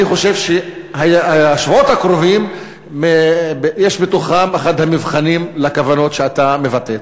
אני חושב שהשבועות הקרובים יש בתוכם אחד המבחנים לכוונות שאתה מבטא.